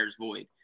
void